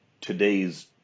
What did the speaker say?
today's